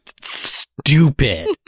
stupid